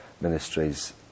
ministries